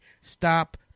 Stop